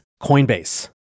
Coinbase